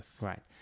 Right